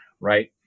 right